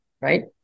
right